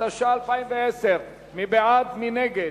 התש"ע 2010. מי בעד, מי נגד?